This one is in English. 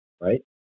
right